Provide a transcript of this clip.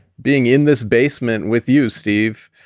being in this basement with you, steve,